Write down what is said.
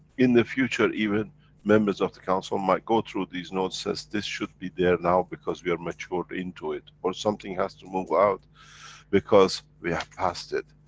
in the future, even members of the council might go through these note says, this should be there now because we are matured into it. or, something has to move out because we have passed it.